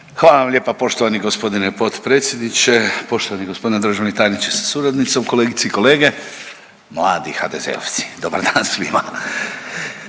Hvala vam lijepa. Poštovani g. potpredsjedniče, poštovani g. državni tajniče sa suradnicom, kolegice i kolege, mladi HDZ-ovci. Dobar dan svima.